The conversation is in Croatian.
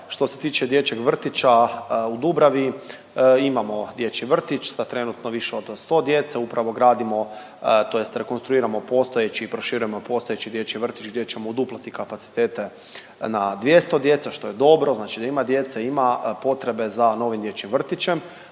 Što se tiče dječjeg vrtića u Dubravi, imamo dječji vrtić sa trenutno više od 100 djece, upravo gradimo tj. rekonstruiramo postojeći i proširujemo postojeći dječji vrtić gdje ćemo uduplati kapacitete na 200 djece, što je dobro. Znači da ima djece, ima potrebe za novim dječjim vrtićem,